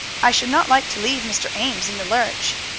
i should not like to leave mr. ames in the lurch.